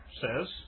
says